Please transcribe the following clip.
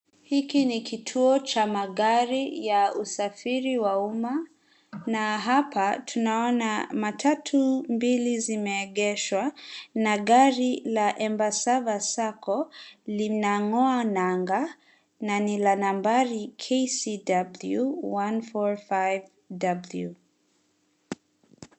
Hiki ni kituo cha magari ya usafiri wa umma na hapa tunaona matatu mbili zimeegeshwa na gari la Embassava sacco linang'oa nanga na ni la nambari KCW 145W.